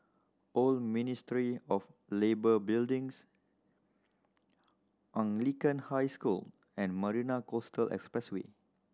Old Ministry of Labour Buildings Anglican High School and Marina Coastal Expressway